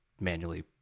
manually